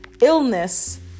illness